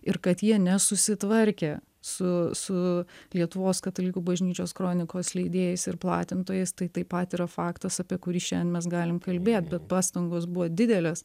ir kad jie nesusitvarkė su su lietuvos katalikų bažnyčios kronikos leidėjais ir platintojais tai taip pat yra faktas apie kurį šiandien mes galim kalbėt bet pastangos buvo didelės